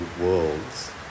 worlds